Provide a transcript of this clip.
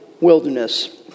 wilderness